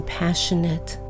passionate